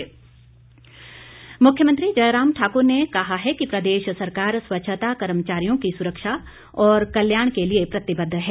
जयराम मुख्यमंत्री जयराम ठाकुर ने कहा है कि प्रदेश सरकार स्वच्छता कर्मचारियों की सुरक्षा और कल्याण के लिए प्रतिबद्ध है